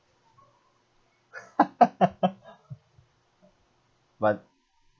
but